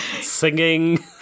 singing